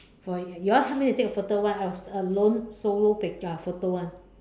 for you all help me to take a photo one I was alone solo picture uh photo [one]